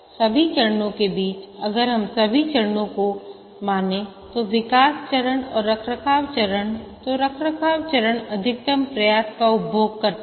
सभी चरणों के बीच अगर हम सभी चरणों को माने तो विकास चरण और रखरखाव चरण तो रखरखाव चरण अधिकतम प्रयास का उपभोग करता है